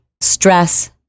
stress